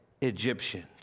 Egyptians